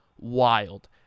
wild